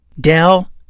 Dell